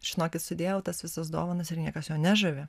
ir žinokit sudėjau tas visas dovanas ir niekas jo nežavi